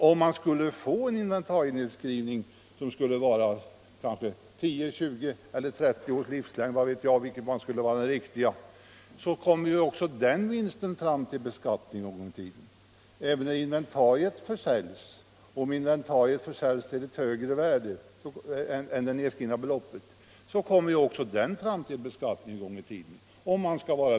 Om en inventarienedskrivning görs som motsvarar en beräknad livslängd på 10, 20 eller 30 år kommer också den vinst som uppstår, om inventariet försäljs till ett högre värde än det nedskrivna beloppet, att beskattas.